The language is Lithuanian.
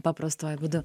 paprastuoju būdu